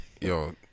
yo